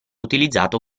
utilizzato